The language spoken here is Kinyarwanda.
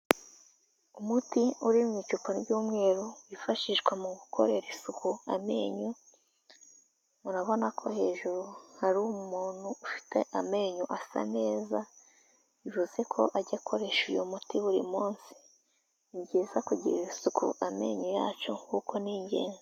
Umuti uri mu icupa ry'umweru wifashishwa mu gukorera isuku amenyo, murabona ko hejuru hari umuntu ufite amenyo asa neza, bivuze ko ajya akoresha uyu muti buri munsi, ni byiza kugirira isuku amenyo yacu kuko ni ingenzi.